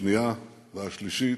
השנייה והשלישית,